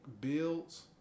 builds